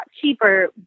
cheaper